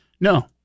No